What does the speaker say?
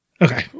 Okay